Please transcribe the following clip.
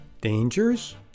Dangers